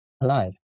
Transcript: alive